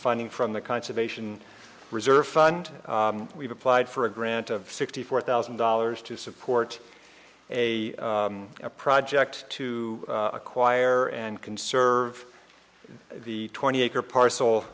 funding from the conservation reserve fund we've applied for a grant of sixty four thousand dollars to support a a project to acquire and conserve the twenty acre parcel